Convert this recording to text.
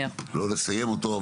לא נסיים אותו,